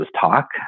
talk